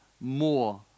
more